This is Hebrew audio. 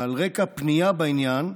ועל רקע פנייה בעניין,